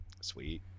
Sweet